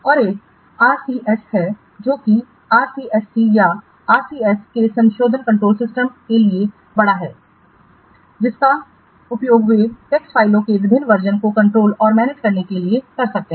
एक और आरसीएस है जो कि एससीएससी या आरसीएस में संशोधन कंट्रोल सिस्टम के लिए खड़ा है जिसका उपयोग वे टेक्स्ट फ़ाइलों के विभिन्न वर्जनस को कंट्रोल और मैनेज करने के लिए कर सकते हैं